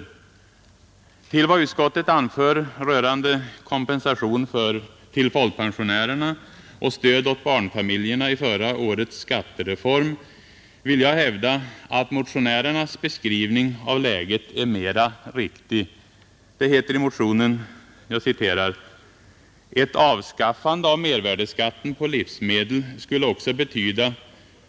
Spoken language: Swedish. Med anledning av vad utskottet anför rörande kompensation till folkpensionärerna och stöd åt barnfamiljerna i förra årets skattereform vill jag hävda att motionärernas beskrivning av läget är mera riktig. Det heter i motionen: ”Ett avskaffande av mervärdeskatten på livsmedel skulle också betyda